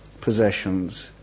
possessions